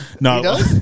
No